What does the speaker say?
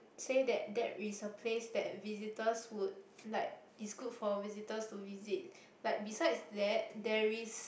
say that that is a place that visitors would like it's good for visitors to visit like besides that there is